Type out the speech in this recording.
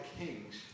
kings